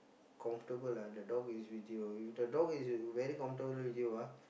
comfortable ah the dog is with you if the dog is very comfortable with you ah